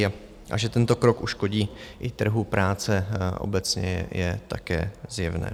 A že tento krok uškodí i trhu práce obecně, je také zjevné.